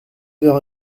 heures